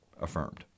affirmed